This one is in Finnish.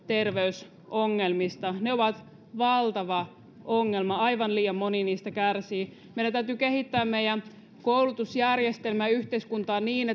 terveysongelmista ne ovat valtava ongelma aivan liian moni niistä kärsii meidän täytyy kehittää meidän koulutusjärjestelmäämme ja yhteiskuntaamme niin